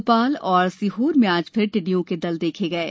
भोपाल और सीहोर में आज फिर टिड्डियों के दल देखे गये